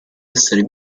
essere